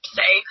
say